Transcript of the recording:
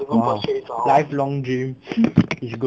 !hannor! lifelong dream is good